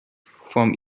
from